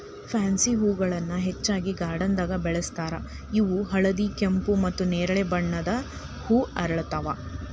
pansy ಹೂಗಳನ್ನ ಹೆಚ್ಚಾಗಿ ಗಾರ್ಡನ್ದಾಗ ಬೆಳೆಸ್ತಾರ ಇವು ಹಳದಿ, ಕೆಂಪು, ಮತ್ತ್ ನೆರಳಿ ಬಣ್ಣದ ಹೂ ಅರಳ್ತಾವ